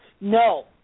No